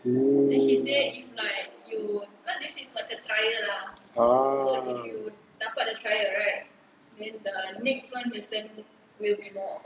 oh ah